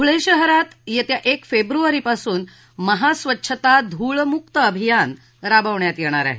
धूळे शहरात येत्या एक फेब्रुवारीपासून महा स्वच्छता धूळ मुक्त अभियान राबवण्यात येणार आहे